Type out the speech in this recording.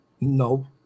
No